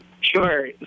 Sure